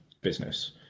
business